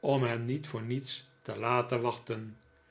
om hen niet voor niets te laten wachten